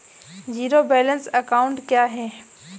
Zero balance account क्या है?